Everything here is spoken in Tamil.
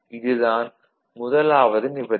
இது தான் முதலாவது நிபந்தனை